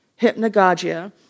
hypnagogia